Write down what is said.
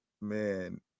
man